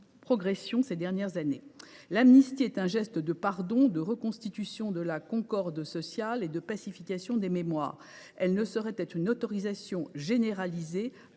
progression ces dernières années. L’amnistie est un geste de pardon, de reconstitution de la concorde sociale et de pacification des mémoires. Elle ne saurait être une autorisation généralisée